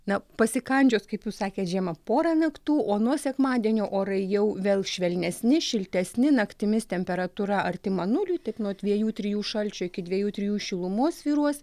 na pasikandžios kaip jūs sakėt žiema porą naktų o nuo sekmadienio orai jau vėl švelnesni šiltesni naktimis temperatūra artima nuliui tik nuo dviejų trijų šalčio iki dviejų trijų šilumos svyruos